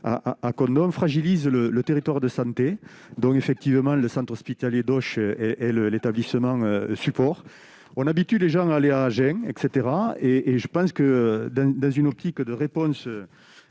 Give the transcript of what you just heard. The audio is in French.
à condom fragilise le le territoire de santé, donc effectivement le centre hospitalier d'Auch et le l'établissement support on habitue les gens aller à Agen et caetera et et je pense que dans une optique de réponse